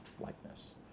likeness